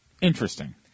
Interesting